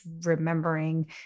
remembering